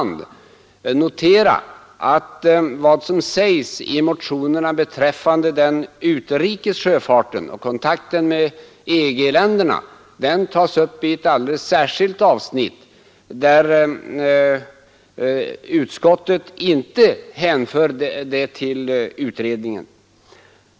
Jag vill poängtera att vad som sägs i motionerna beträffande den utrikes sjöfarten och kontakten med EG-länderna tas upp i ett särskilt avsnitt, som utskottet inte hänvisar till utredningen.